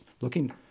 looking